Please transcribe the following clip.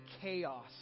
chaos